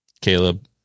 Caleb